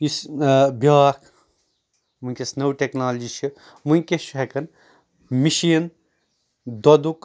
یُس بیٛاکھ ؤنکیٚس نٔو ٹٮ۪کنالجی چھِ ؤنکیٚس چھِ ہٮ۪کان مشیٖن دۄدُک